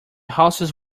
houses